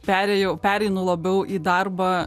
perėjau pereinu labiau į darbą